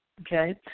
okay